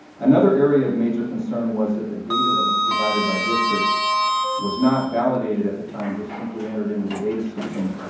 another area of major concern was that the data that was provided by the districts was not validated at the time, just simply entered into the data system,